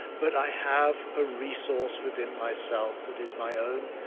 but i have a resource within myself that is my own,